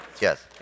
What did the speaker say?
Yes